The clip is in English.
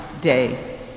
day